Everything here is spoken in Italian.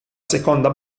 seconda